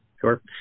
Sure